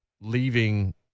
leaving